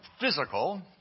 physical